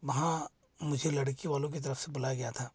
वहाँ मुझे लड़की वालों की तरफ से बुलाया गया था